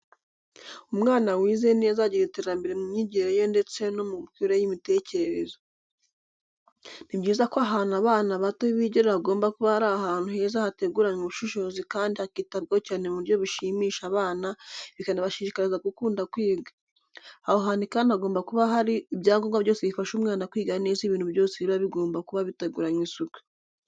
Umwana wize neza agira iterambere mu myigire ye ndetse no mu mikurire y'imitekerereze. Ni byiza ko ahantu abana bato bigira hagomba kuba ari ahantu heza hateguranwe ubushishozi kandi hakitabwaho cyane mu buryo bushimisha abana bikanabashishikariza gukunda kwiga. Aho hantu kandi hagomba kuba hari ibyangombwa byose bifasha umwana kwiga neza ibintu byose biba bigomba kuba biteguranwe isuku.